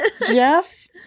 Jeff